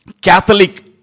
Catholic